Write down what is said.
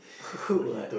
!woohoo! what